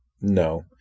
No